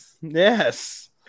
Yes